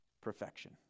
Perfection